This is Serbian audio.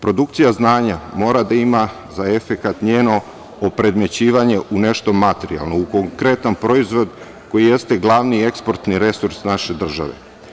Produkcija znanja mora da ima za efekat njeno opredmećivanje u nešto materijalno, konkretan proizvod koji jeste glavni eksportni resurs naše države.